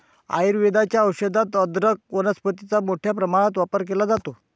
आयुर्वेदाच्या औषधात अदरक वनस्पतीचा मोठ्या प्रमाणात वापर केला जातो